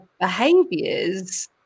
behaviors